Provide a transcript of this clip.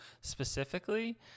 specifically